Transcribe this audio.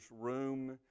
room